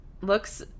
looks